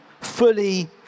fully